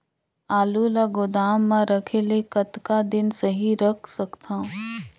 आलू ल गोदाम म रखे ले कतका दिन सही रख सकथन?